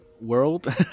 World